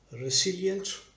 resilient